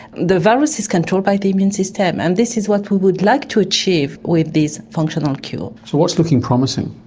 the virus is controlled by the immune system, and this is what we would like to achieve with this functional cure. so what's looking promising?